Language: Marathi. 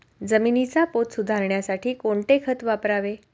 जमिनीचा पोत सुधारण्यासाठी कोणते खत वापरावे?